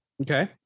okay